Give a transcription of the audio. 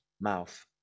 mouth